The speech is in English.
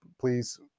please